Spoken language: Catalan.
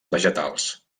vegetals